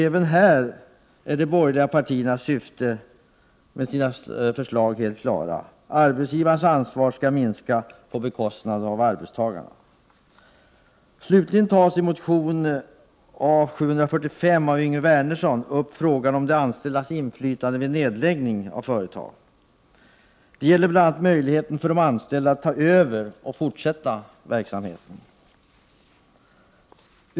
Även här är de borgerliga partiernas syfte med sina förslag helt klart. Arbetsgivarnas ansvar skall minska på bekostnad av arbetstagarna. Slutligen tas i motion A745 av Yngve Wernersson frågan om de anställdas inflytande vid nedläggning av företag upp. Det gäller bl.a. möjligheten för de anställda att ta över och fortsätta verksamheten.